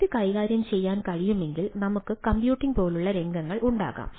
ഇത് കൈകാര്യം ചെയ്യാൻ കഴിയുമെങ്കിൽ നമുക്ക് കമ്പ്യൂട്ടിംഗ് പോലുള്ള രംഗങ്ങൾ ഉണ്ടാകാം